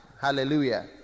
hallelujah